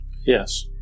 Yes